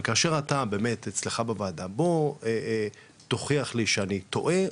רק כאשר אתה בוועדה בוא תוכיח לי שאני טועה,